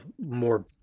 more